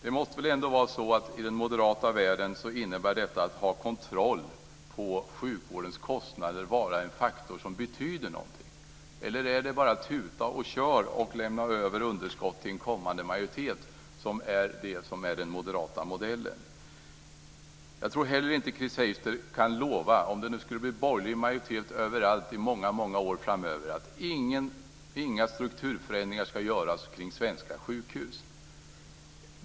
I den moderata världen måste väl ändå detta med att ha kontroll över sjukvårdens kostnader vara en faktor som betyder någonting, eller är det bara att tuta och köra och att lämna över underskott till en kommande majoritet som är den moderata modellen? Jag tror inte att Chris Heister, om det skulle bli borgerlig majoritet överallt - i många år framöver - kan lova att inga strukturförändringar ska göras kring svenska sjukhus.